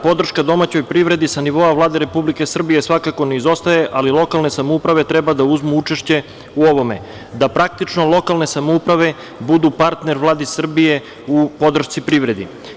Podrška domaćoj privredi sa nivoa Vlade Republike Srbije svakako ne izostaje, ali lokalne samouprave treba da uzmu učešće u ovome, da praktično lokalne samouprave budu partner Vladi Srbije u podršci privredi.